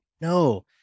no